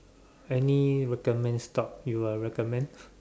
any recommend stock you will recommend